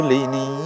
Lini